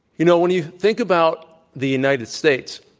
you know, when you think about the united states,